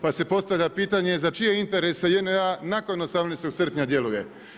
Pa se postavlja pitanje, za čije interese JNA nakon 18. srpnja djeluje?